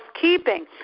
keeping